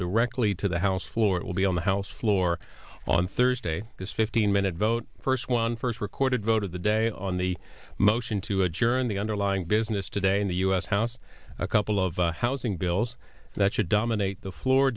directly to the house floor it will be on the house floor on thursday this fifteen minute vote first one first recorded vote of the day on the motion to adjourn the underlying business today in the u s house a couple of housing bills that should dominate the floor